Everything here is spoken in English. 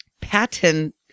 patent